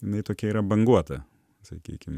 jinai tokia yra banguota sakykim